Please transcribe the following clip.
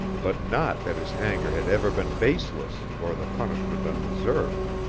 but not that his anger had ever been baseless or the punishment undeserved.